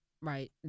right